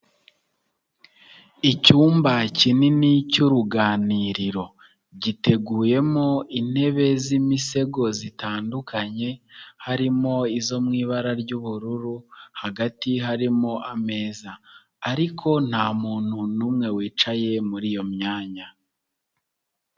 Icyumba kinini cy'uruganiriro. Giteguyemo intebe z'imisego zitandukanye harimo izo mu ibara ry'ubururu, hagati harimo ameza. Ariko nta muntu n'umwe wicaye muri iyo myanya.